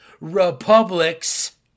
republics